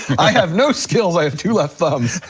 i have no skills, i have two left thumbs.